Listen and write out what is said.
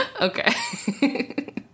Okay